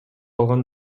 алган